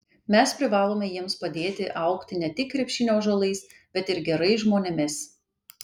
mes privalome jiems padėti augti ne tik krepšinio ąžuolais bet ir gerais žmonėmis